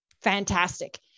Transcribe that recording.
Fantastic